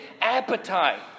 appetite